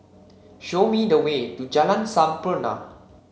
show me the way to Jalan Sampurna